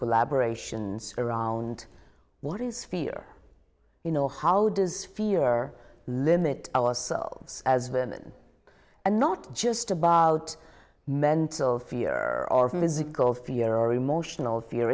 collaboration around what is fear you know how does fear limit ourselves as women and not just about mental fear or physical fear or emotional fear